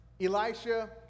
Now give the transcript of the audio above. Elisha